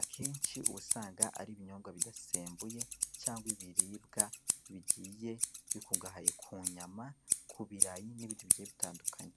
akenshi usanga ari ibinyobwa bidasembuye cyangwa ibiribwa bigiye bikungahaye ku nyama, ku birayi, n'ibindi bigiye bitandukanye.